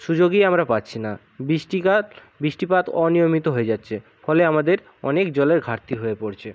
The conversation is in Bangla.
সুযোগই আমরা পাচ্ছি না বৃষ্টিকাত বৃষ্টিপাত অনিয়মিত হয়ে যাচ্ছে ফলে আমাদের অনেক জলের ঘাটতি হয়ে পড়ছে